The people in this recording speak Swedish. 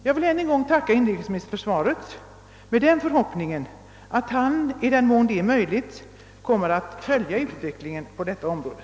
Jag tackar än en gång inrikesministern för svaret och uttrycker samtidigt den förhoppningen, att han i den mån detta är möjligt kommer att följa utvecklingen på detta område.